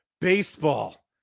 baseball